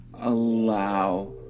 allow